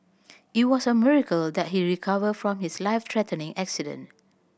it was a miracle that he recovered from his life threatening accident